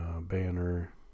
Banner